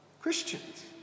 Christians